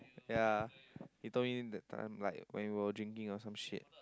ya he told me that time like when we were drinking or some shit